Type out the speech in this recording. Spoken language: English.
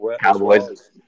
Cowboys